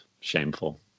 shameful